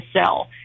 sell